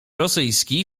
rosyjski